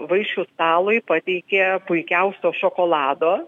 vaišių stalui pateikė puikiausio šokolado